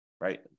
right